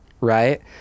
right